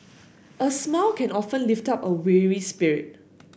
a smile can often lift up a weary spirit